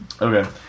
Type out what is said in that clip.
Okay